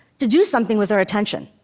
to do something with their attention.